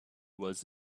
was